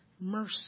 mercy